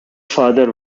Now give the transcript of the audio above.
father